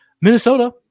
Minnesota